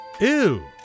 Ew